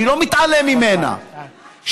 אני לא מתעלם ממנה,